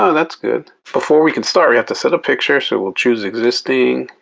ah that's good. before we can start we have to set a picture so we'll choose existing.